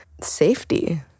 safety